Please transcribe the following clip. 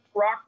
rock